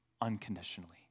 unconditionally